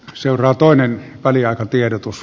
seuraa toinen väliaikatiedotus